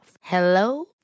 Hello